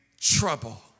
trouble